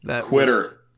quitter